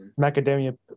macadamia